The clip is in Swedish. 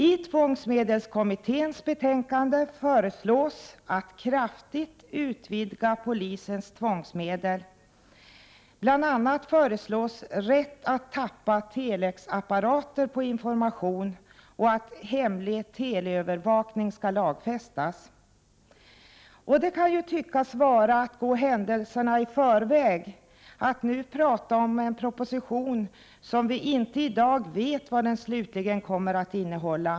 I tvångsmedelskommitténs betänkande föreslås att man skall kraftigt utvidga polisens tvångsmedel. Bl.a. föreslås att man ger rätt att ”tappa” telexapparater på information och att hemlig teleövervakning skall lagfästas. Det kan tyckas vara att gå händelserna i förväg att nu prata om en proposition, som vi inte i dag vet vad den slutligen kommer att innehålla.